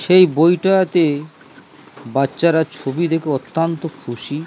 সেই বইটাতে বাচ্চারা ছবি দেখে অত্যন্ত খুশি